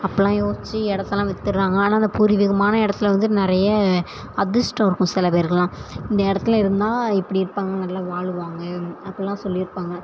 அப்படில்லாம் யோசிச்சு இடத்தெல்லாம் வித்துடராங்க ஆனால் அந்த பூர்வீகமான இடத்துல வந்து நிறைய அதிஷ்டம் இருக்கும் சில பேருக்கெல்லாம் இந்த இடத்துல இருந்தால் இப்படி இருப்பாங்க நல்லா வாழ்வாங்க அப்படில்லாம் சொல்லி இருப்பாங்க